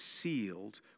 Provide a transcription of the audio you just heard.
sealed